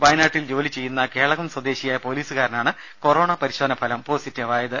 വയനാട്ടിൽ ജോലി ചെയ്യുന്ന കേളകം സ്വദേശിയായ പോലീസുകാരനാണ് കൊറോണ പരിശോധന ഫലം പോസിറ്റീവ് ആയത്